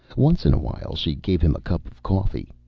once in awhile she gave him a cup of coffee,